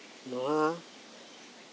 ᱱᱚᱶᱟ